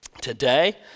today